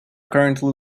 currently